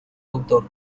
autor